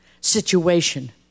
situation